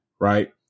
Right